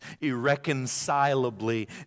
irreconcilably